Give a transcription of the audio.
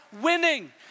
winning